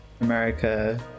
america